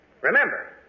Remember